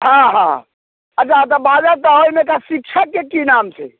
हँ हँ अच्छा तऽ बाजऽतऽ ओहिमेके शिक्षकके की नाम छै